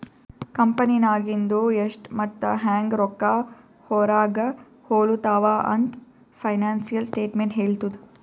ಕಂಪೆನಿನಾಗಿಂದು ಎಷ್ಟ್ ಮತ್ತ ಹ್ಯಾಂಗ್ ರೊಕ್ಕಾ ಹೊರಾಗ ಹೊಲುತಾವ ಅಂತ್ ಫೈನಾನ್ಸಿಯಲ್ ಸ್ಟೇಟ್ಮೆಂಟ್ ಹೆಳ್ತುದ್